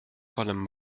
vollem